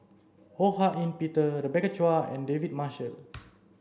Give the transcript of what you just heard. Ho Hak Ean Peter Rebecca Chua and David Marshall